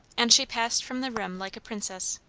and she passed from the room like a princess.